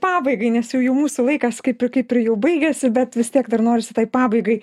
pabaigai nes jau jų mūsų laikas kaip i kaip ir baigėsi bet vis tiek dar norisi tai pabaigai